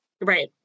Right